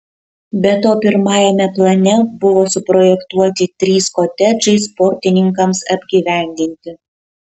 be to pirmajame plane buvo suprojektuoti trys kotedžai sportininkams apgyvendinti